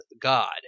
God